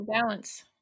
balance